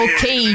Okay